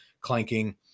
clanking